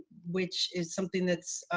which is something that's